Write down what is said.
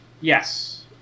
Yes